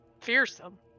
fearsome